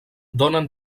donen